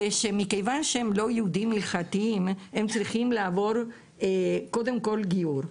זה שמכיוון שהם לא יהודים הלכתיים הם צריכים לעבור קודם כל גיור.